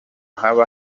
haba